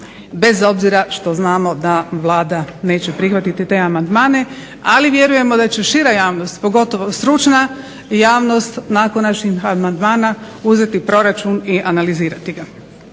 bez obzira što znamo da Vlada neće prihvatiti te amandmane. Ali vjerujemo da će šira javnost pogotovo stručna javnost nakon naših amandmana uzeti proračun i analizirati ga